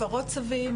הפרות צווים,